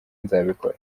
nzabikora